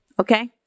Okay